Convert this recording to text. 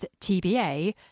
TBA